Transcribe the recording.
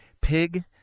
pig